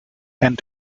and